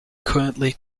currently